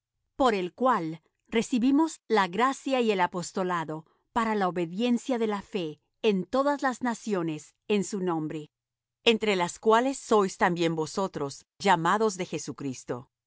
por el cual recibimos la gracia y el apostolado para la obediencia de la fe en todas las naciones en su nombre entre las cuales sois también vosotros llamados de jesucristo